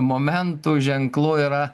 momentų ženklų yra